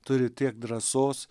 turi tiek drąsos